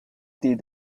did